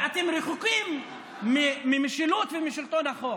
ואתם רחוקים ממשילות ומשלטון החוק.